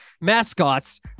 Mascots